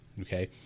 okay